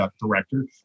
Director